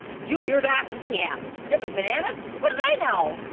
did you hear that? yeah, stupid bananas. what do they know?